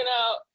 out